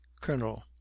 colonel